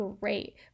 great